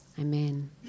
Amen